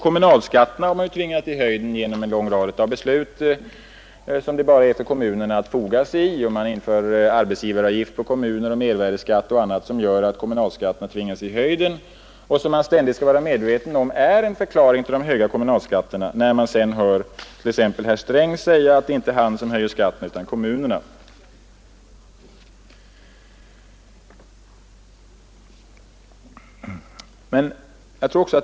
Kommunalskatterna har tvingats i höjden genom en lång rad beslut, som kommunerna bara har haft att foga sig i. Arbetsgivaravgift för kommuner, mervärdeskatt och annat gör att kommunalskatten tvingas i höjden. Detta är en förklaring till de höga kommunalskatterna, och man skall vara medveten om detta när man hör t.ex. herr Sträng säga att det inte är han som höjer skatten utan kommunerna.